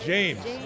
James